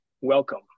welcome